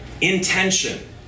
intention